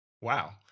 Wow